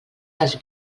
les